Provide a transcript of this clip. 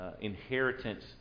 inheritance